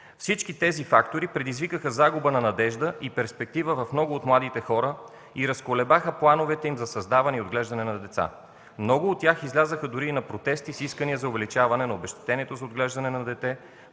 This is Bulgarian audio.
Всички тези фактори предизвикаха загуба на надежда и перспектива в много от младите хора и разколебаха плановете им за създаване и отглеждане на деца. Много от тях излязоха дори на протести с искания за увеличаване на обезщетението за отглеждане на дете